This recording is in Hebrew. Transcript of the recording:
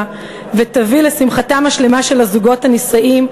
ותביא לשמחה שלמה של הזוגות הנישאים,